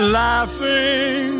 laughing